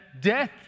death